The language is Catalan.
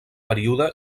període